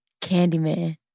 Candyman